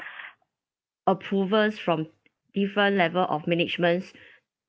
approvals from different level of managements